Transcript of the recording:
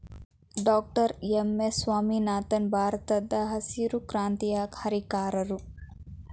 doctor M S Swaminathan ಭಾರತದಹಸಿರು ಕ್ರಾಂತಿಯ ಹರಿಕಾರರು